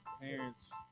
parents –